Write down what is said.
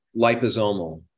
Liposomal